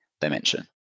dimension